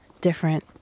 different